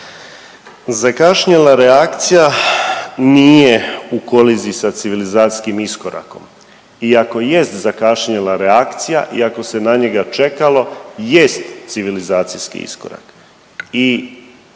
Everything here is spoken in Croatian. Zakašnjela reakcija nije u koliziji sa civilizacijskim iskorakom i ako jest zakašnjela reakcija i ako se na njega čekalo jest civilizacijski iskorak